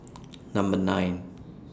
Number nine